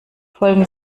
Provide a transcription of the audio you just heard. folgen